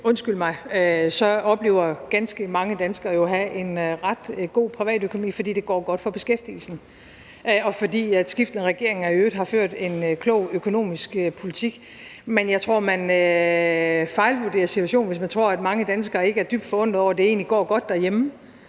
undskyld mig, ganske mange danskere oplever jo at have en ret god privatøkonomi, fordi det går godt for beskæftigelsen, og fordi skiftende regeringer i øvrigt har ført en klog økonomisk politik. Men jeg tror, at man fejlvurderer situationen, hvis man tror, at mange danskere ikke er dybt forundrede over, at de, når det egentlig går godt derhjemme,